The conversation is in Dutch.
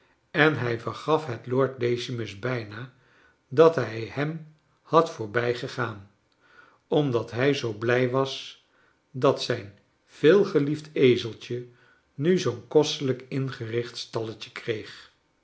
en hij vergaf het lord decimus bijna dat hij hem had voorbijgegaan omdat hij zoo blij was dat zijn veelgeliefd ezeltje nu zoo'n kostelijk ingericht stalletje kreeg